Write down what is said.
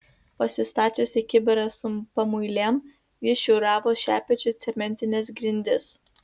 pasistačiusi kibirą su pamuilėm ji šiūravo šepečiu cementines grindis